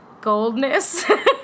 goldness